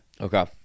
Okay